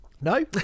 no